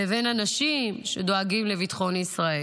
לבין אנשים שדואגים לביטחון ישראל.